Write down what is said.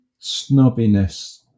snobbiness